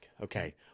Okay